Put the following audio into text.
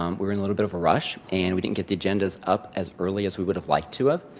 um we were in a little bit of a rush, and we didn't get the agendas up as early as we would've liked to have,